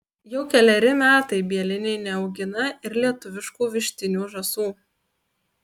jau keleri metai bieliniai neaugina ir lietuviškų vištinių žąsų